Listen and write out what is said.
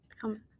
come